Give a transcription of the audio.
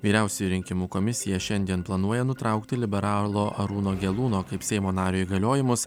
vyriausioji rinkimų komisija šiandien planuoja nutraukti liberalo arūno gelūno kaip seimo nario įgaliojimus